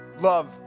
love